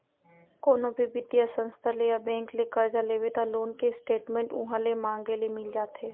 कोनो भी बित्तीय संस्था ले या बेंक ले करजा लेबे त लोन के स्टेट मेंट उहॉं ले मांगे ले मिल जाथे